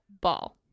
ball